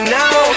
now